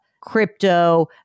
crypto